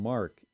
Mark